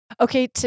Okay